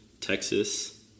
Texas